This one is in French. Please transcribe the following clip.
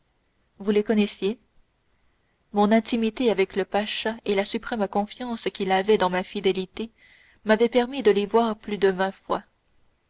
vous les connaissiez mon intimité avec le pacha et la suprême confiance qu'il avait dans ma fidélité m'avaient permis de les voir plus de vingt fois